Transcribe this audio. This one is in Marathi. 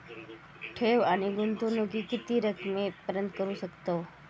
ठेव आणि गुंतवणूकी किती रकमेपर्यंत करू शकतव?